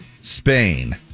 Spain